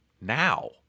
now